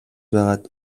байгаад